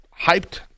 hyped